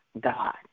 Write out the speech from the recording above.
God